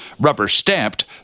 rubber-stamped